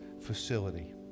facility